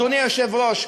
אדוני היושב-ראש,